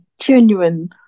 genuine